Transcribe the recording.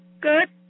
Good